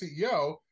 CEO